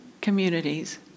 communities